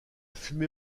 fumée